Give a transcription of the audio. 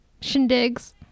shindigs